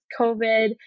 COVID